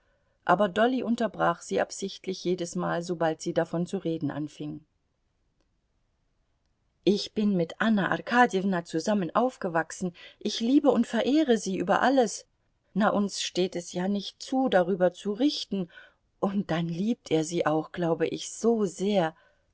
aber dolly unterbrach sie absichtlich jedesmal sobald sie davon zu reden anfing ich bin mit anna arkadjewna zusammen aufgewachsen ich liebe und verehre sie über alles na uns steht es ja nicht zu darüber zu richten und dann liebt er sie auch glaube ich so sehr